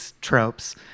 tropes